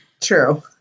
True